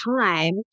time